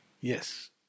Yes